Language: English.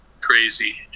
crazy